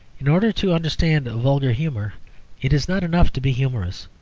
in order to understand vulgar humour it is not enough to be humorous.